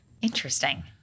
interesting